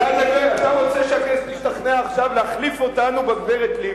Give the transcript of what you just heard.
אתה רוצה שהכנסת תשתכנע עכשיו להחליף אותנו בגברת לבני.